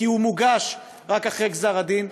כי הוא מוגש רק אחרי גזר-הדין.